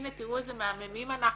הנה, תראו איזה מהממים אנחנו,